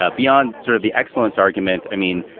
ah beyond sort of the excellence argument. i mean,